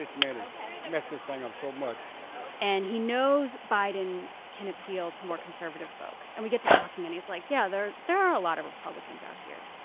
this man, i messed this thing up so much and he knows biden can appeal to more conservative folks. and we get to talking and he's like, yeah whether. there are a lot of republicans out here.